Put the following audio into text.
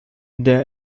der